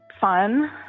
fun